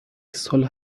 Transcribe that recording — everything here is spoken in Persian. صلح